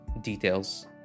details